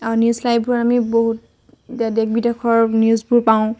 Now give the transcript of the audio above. আও নিউজ লাইভৰ আমি বহুত দেশ বিদেশৰ নিউজভোৰ পাওঁ